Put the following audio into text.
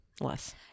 Less